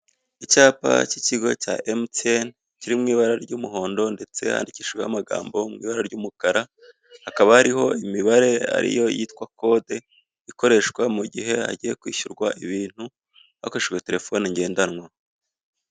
Icyapa cy'ikigo cya MTN kiri mw'ibara ry'umuhondo ndetse handikishijweho amagambo mu ibara ry'umukara hakaba hariho imibare ariyo yitwa kode ikoreshwa mu gihe hagiye kwishyurwa ibintu hakoreshejwe terefone ngendanwa.